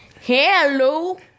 hello